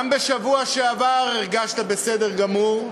גם בשבוע שעבר הרגשת בסדר גמור,